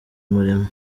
umurimo